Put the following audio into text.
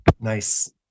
nice